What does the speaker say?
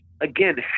again